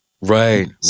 Right